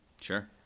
Sure